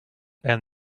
and